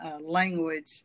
language